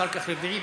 אחר כך רביעי,